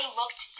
looked